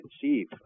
conceive